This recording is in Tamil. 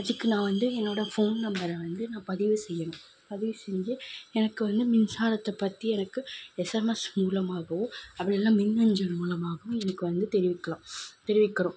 அதுக்கு நான் வந்து என்னோடய ஃபோன் நம்பரை வந்து நான் பதிவு செய்யணும் பதிவு செஞ்சு எனக்கு வந்து மின்சாரத்தை பற்றி எனக்கு எஸ்எம்எஸ் மூலமாகவோ அப்படி இல்லைன்னா மின்னஞ்சல் மூலமாகவோ எனக்கு வந்து தெரிவிக்கலாம் தெரிவிக்கிறோம்